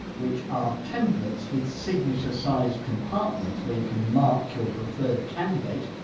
which are templates with signature sized compartments where you can mark your preferred candidate,